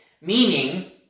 Meaning